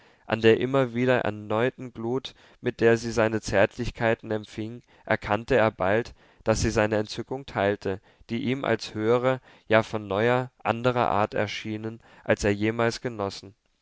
an der immer wieder erneuten glut mit der sie seine zärtlichkeiten empfing erkannte er bald daß sie seine entzückungen teilte die ihm als höhere ja von neuer andrer art erschienen als er jemals genossen